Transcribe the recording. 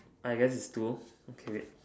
I guess is two okay